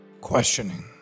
Questioning